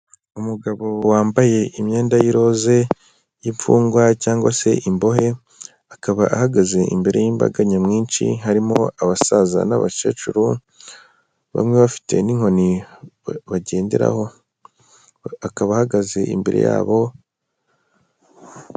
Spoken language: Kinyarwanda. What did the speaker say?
Umugabo wambaye imyenda y'irose y'imfungwa cyangwa se imbohe akaba ahagaze imbere y'imbaga nyamwinshi harimo abasaza n'abakecuru bamwe bafite n'inkoni bagenderaho akaba ahagaze imbere yabo.